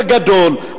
חזרתי בגדול,